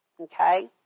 okay